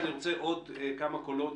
אני רוצה עוד כמה קולות